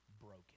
broken